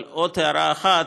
אבל עוד הערה אחת.